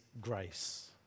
grace